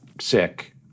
sick